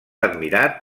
admirat